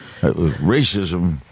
racism